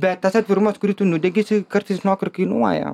bet tas atvirumas kurį tu nudegi jisai kartais ir kainuoja